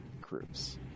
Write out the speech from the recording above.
groups